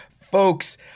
Folks